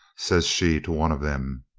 says she to one of them.